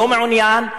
לא מעוניין,